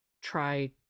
try